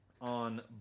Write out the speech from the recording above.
on